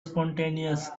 spontaneous